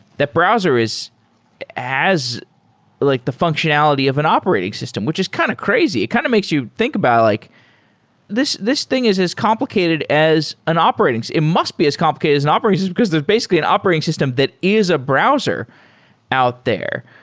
that browser is as like the functionality of an operating system, which is kind of crazy. it kind of makes you think about like this this thing is as complicated as an operating it must be as complicated as an operating system, because there's basically an operating system that is a browser out there.